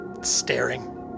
staring